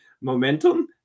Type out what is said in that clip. momentum